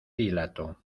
dilato